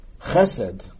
chesed